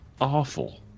awful